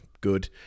good